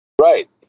Right